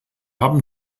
haben